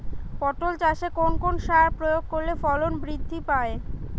পটল চাষে কোন কোন সার প্রয়োগ করলে ফলন বৃদ্ধি পায়?